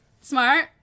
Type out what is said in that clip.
smart